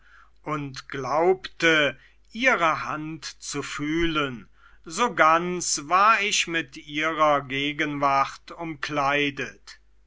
und glaubte ihre hand zu fühlen so ganz war ich mit ihrer gegenwart umkleidet